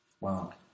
Wow